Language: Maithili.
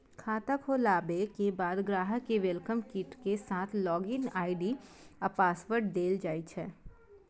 खाता खोलाबे के बाद ग्राहक कें वेलकम किट के साथ लॉग इन आई.डी आ पासवर्ड देल जाइ छै